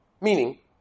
Meaning